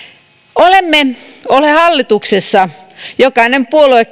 olemme olleet hallituksessa jokainen puolue